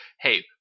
hey